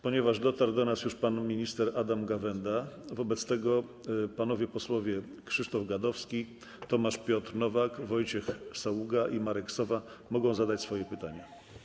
Ponieważ dotarł do nas już pan minister Adam Gawęda, panowie posłowie Krzysztof Gadowski, Tomasz Piotr Nowak, Wojciech Saługa i Marek Sowa mogą zadać swoje pytanie.